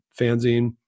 fanzine